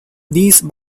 these